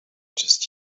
just